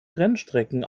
rennstrecken